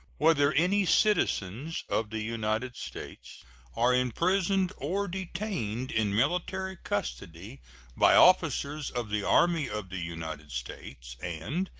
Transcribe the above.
whether any citizens of the united states are imprisoned or detained in military custody by officers of the army of the united states, and,